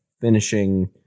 finishing